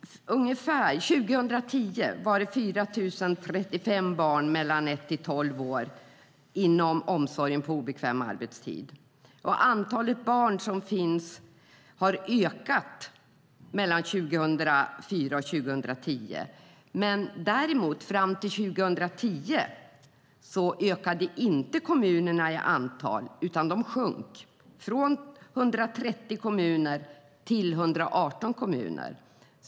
År 2010 var det 4 035 barn mellan ett och tolv år inom omsorgen på obekväm arbetstid. Antalet barn som finns där har ökat mellan 2004 och 2010. Däremot ökade inte dessa kommuner i antal fram till 2010, utan de sjönk från 130 kommuner till 118 kommuner.